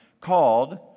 called